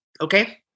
okay